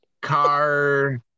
Car